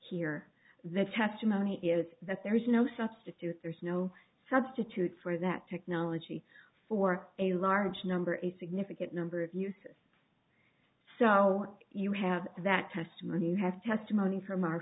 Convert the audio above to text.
here the testimony is that there is no substitute there's no substitute for that technology for a large number a significant number of uses so you have that testimony you have testimony from our